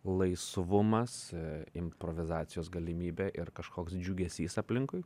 laisvumas improvizacijos galimybė ir kažkoks džiugesys aplinkui